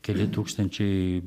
keli tūkstančiai